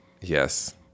Yes